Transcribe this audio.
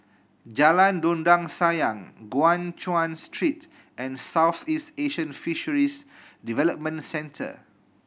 Jalan Dondang Sayang Guan Chuan Street and Southeast Asian Fisheries Development Centre